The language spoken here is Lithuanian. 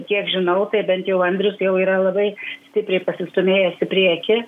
kiek žinau tai bent jau andrius jau yra labai stipriai pasistūmėjęs į priekį